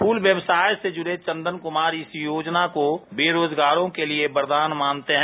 फूल व्यवसाय से जुड़े चंदन कुमार इस योजना को बेरोजगारों के लिए वरदान मानते हैं